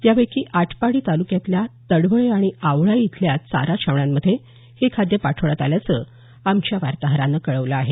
यापैकी आटपाडी तालुक्यातल्या तडवळे आणि आवळाई इथल्या चारा छावण्यांमध्ये हे खाद्य पाठवण्यात आल्याचं आमच्या वार्ताहरानं कळवलं आहे